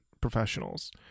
Professionals